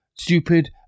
stupid